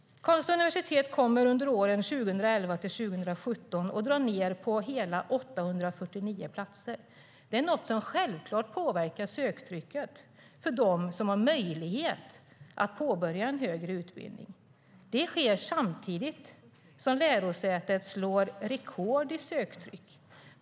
Karlstads universitet kommer under åren 2011-2017 att dra ned med 849 platser. Det påverkar självklart söktrycket för dem som har möjlighet att påbörja en högre utbildning. Detta sker samtidigt som lärosätet slår rekord i söktryck.